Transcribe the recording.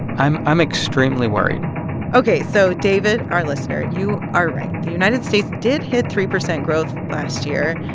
i'm i'm extremely worried ok. so, david, our listener, you are right. the united states did hit three percent growth last year.